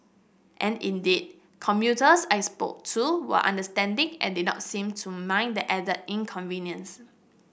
and indeed commuters I spoke to were understanding and did not seem to mind the added inconvenience